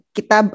Kita